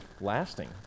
lasting